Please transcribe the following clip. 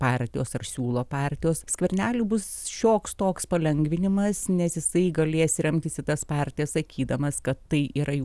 partijos ar siūlo partijos skverneliui bus šioks toks palengvinimas nes jisai galės remtis į tas partijas sakydamas kad tai yra